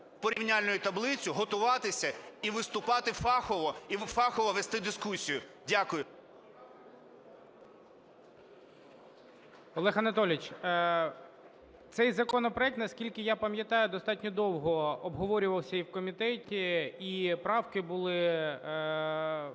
порівняльною таблицею, готуватися і виступати фахово і фахово вести дискусію. Дякую. ГОЛОВУЮЧИЙ. Олег Анатолійович, цей законопроект, наскільки я пам'ятаю, достатньо довго обговорювався і в комітеті, і правки були